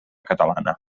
catalana